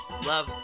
love